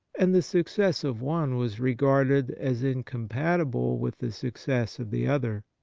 and the success of one was regarded as incompatible with the success of the other.